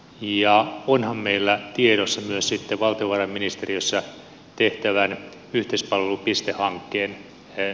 ja onhan meillä tiedossa myös sitten valtiovarainministeriössä tehtävän yhteispalvelupistehankkeen ei